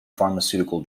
pharmaceutical